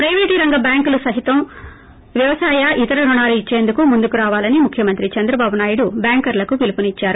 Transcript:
private రంగ బ్యాంకులు సహితం వ్వవసాయ ఇతర రుణాలు ఇచ్చేందుకు ముందుకు రావాలని ముఖ్యమంత్రి చంద్రబాబు నాయుడు బ్యాంకర్లకు పిలుపు నిచ్చారు